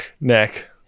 neck